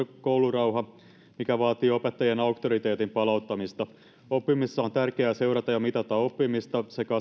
koulurauha mikä vaatii opettajien auktoriteetin palauttamista oppimisessa on tärkeää seurata ja mitata oppimista sekä